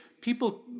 people